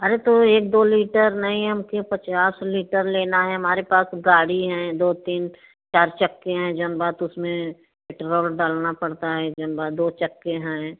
अरे तो एक दो लीटर नहीं हमें पचास लीटर लेना है हमारे पास गाड़ी है दो तीन चार चक्के हैं जोन बा तो उसमें पेट्रोल डालना पड़ता है जो बा दो चक्के हैं